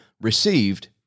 received